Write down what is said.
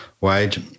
wage